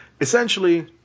Essentially